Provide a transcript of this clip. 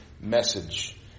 message